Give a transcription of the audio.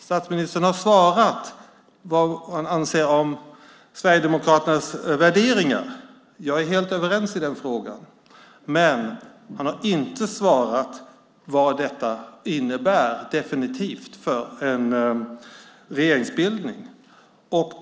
Statsministern har svarat vad han anser om Sverigedemokraternas värderingar, och jag är helt överens i den frågan, men han har inte svarat vad detta definitivt innebär för en regeringsbildning.